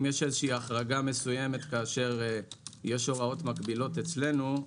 אם יש החרגה מסוימת כאשר יש הוראות מחריגות אצלנו,